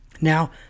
Now